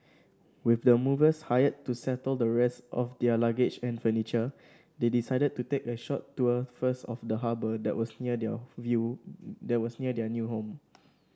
with the movers hired to settle the rest of their luggage and furniture they decided to take a short tour first of the harbour that was near their few that was near their new home